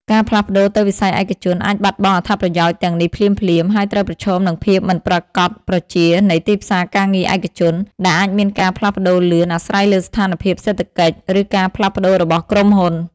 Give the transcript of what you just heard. ការផ្លាស់ប្តូរទៅវិស័យឯកជនអាចបាត់បង់អត្ថប្រយោជន៍ទាំងនេះភ្លាមៗ ហើយត្រូវប្រឈមនឹងភាពមិនប្រាកដប្រជានៃទីផ្សារការងារឯកជន ដែលអាចមានការផ្លាស់ប្តូរលឿន អាស្រ័យលើស្ថានភាពសេដ្ឋកិច្ច ឬការផ្លាស់ប្តូររបស់ក្រុមហ៊ុន។